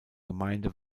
gemeinde